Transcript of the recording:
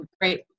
great